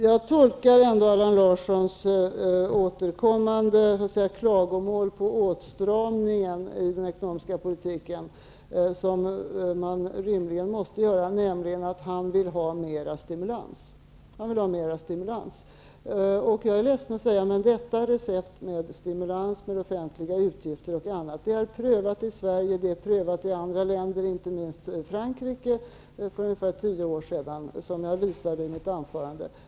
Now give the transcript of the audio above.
Jag tolkar ändå Allan Larssons återkommande klagomål på åtstramingen i den ekonomiska politiken, som man rimligen måste göra, som att han vill ha mer stimulans. Jag är ledsen att behöva säga att detta recept med stimulans med offentliga utgifter och annat är prövat i Sverige och i andra länder -- inte minst i Frankrike för ungefär tio år sedan, vilket jag talade om i mitt tidigare inlägg.